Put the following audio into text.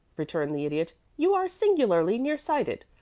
returned the idiot, you are singularly near-sighted.